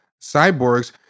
cyborgs